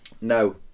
No